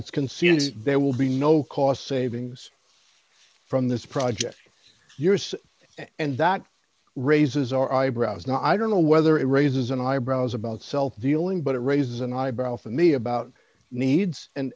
it's consumers there will be no cost savings from this project years and that raises our eyebrows not i don't know whether it raises an eyebrow is about self dealing but it raises an eyebrow for me about needs and